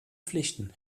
pflichten